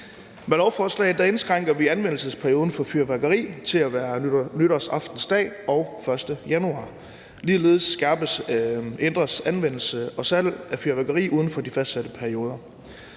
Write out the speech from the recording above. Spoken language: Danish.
Med lovforslaget indskrænker vi anvendelsesperioden for fyrværkeri til at være nytårsaftensdag og den 1. januar. Ligeledes ændres reglerne for anvendelse og salg af fyrværkeri uden for de fastsatte perioder.